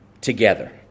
together